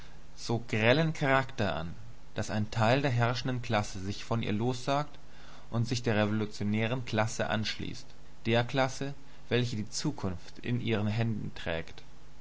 so grellen charakter an daß ein kleiner teil der herrschenden klasse sich von ihr lossagt und sich der revolutionären klasse anschließt der klasse welche die zukunft in ihren händen trägt